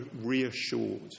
reassured